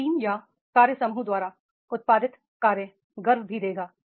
एक टीम या कार्य समूह द्वारा उत्पादित कार्य गर्व भी देगा